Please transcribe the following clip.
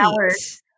hours –